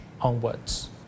Onwards